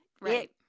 Right